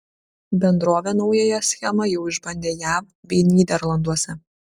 bendrovė naująją schema jau išbandė jav bei nyderlanduose